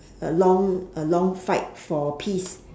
a long a long fight for peace